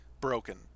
broken